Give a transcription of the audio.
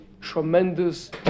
tremendous